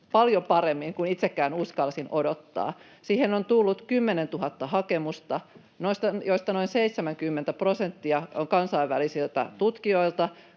paljon paremmin kuin itsekään uskalsin odottaa. Siihen on tullut 10 000 hakemusta, joista noin 70 prosenttia on kansainvälisiltä tutkijoilta.